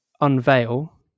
unveil